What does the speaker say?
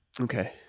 Okay